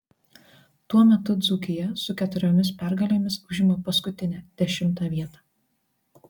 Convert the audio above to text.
tuo metu dzūkija su keturiomis pergalėmis užima paskutinę dešimtą vietą